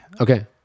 Okay